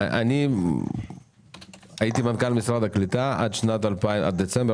מנהל המחלקה לרישום מקצועות